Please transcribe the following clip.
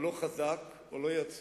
או לא חזק, או לא יציב,